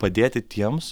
padėti tiems